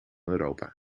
europa